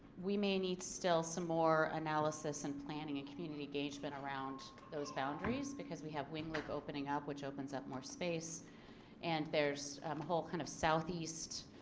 we may need still some more analysis and planning a community engagement around those boundaries because we have wing luke opening up which opens up more space and there's a whole kind of southeast